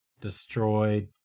destroyed